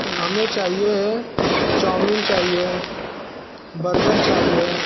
हमें चाहिए है चाउमीन चाहिए है बर्गर चाहिए है